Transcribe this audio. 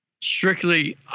strictly –